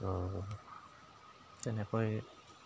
ত' তেনেকৈ